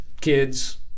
kids